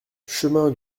chemin